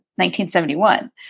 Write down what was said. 1971